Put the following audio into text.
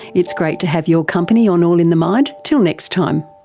it's great to have your company on all in the mind, till next time.